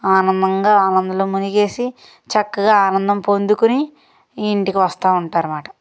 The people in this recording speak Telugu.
ఆనందంగా ఆనందంలో మునిగేసి చక్కగా ఆనందం పొందుకొని ఇంటికి వస్తూ ఉంటారన్నమాట